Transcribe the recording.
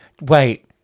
Wait